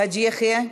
חאג' יחיא,